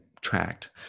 tracked